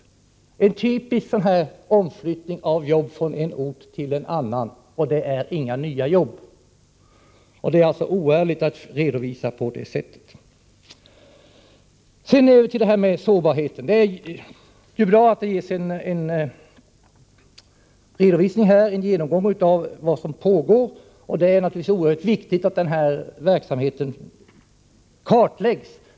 Det är fråga om en typisk omflyttning av jobb från en ort till en annan, och det ger inga nya jobb. Det är alltså oärligt att redovisa på det sättet. Sedan över till detta med sårbarheten. Det är ju bra att det här ges en redovisning av vad som pågår. Det är naturligtvis oerhört viktigt att den här verksamheten kartläggs.